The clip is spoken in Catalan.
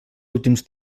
últims